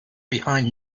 behind